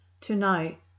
to-night